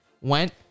Went